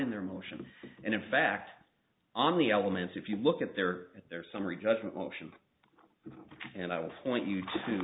in their motion and in fact on the elements if you look at their at their summary judgment motion and i